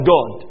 God